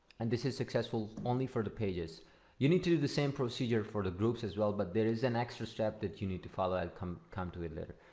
and this is successful only for the pages you need to do the same procedure for the groups as well but there is an extra step that you need to follow i'll come come to it later.